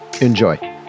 Enjoy